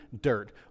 dirt